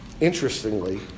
Interestingly